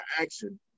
action